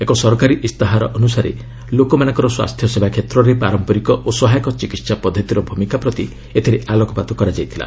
ଏକ ସରକାରୀ ଇସ୍ତାହାର ଅନୁସାରେ ଲୋକମାନଙ୍କର ସ୍ୱାସ୍ଥ୍ୟସେବା କ୍ଷେତ୍ରରେ ପାରମ୍ପରିକ ଓ ସହାୟକ ଚିକିତ୍ସା ପଦ୍ଧତିର ଭୂମିକା ପ୍ରତି ଏଥିରେ ଆଲୋକପାତ କରାଯାଇଥିଲା